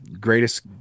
greatest